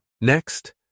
Next